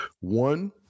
One